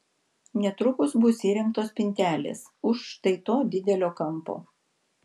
netrukus bus įrengtos spintelės už štai to didelio kampo